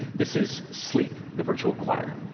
this is sleep, the virtual choir.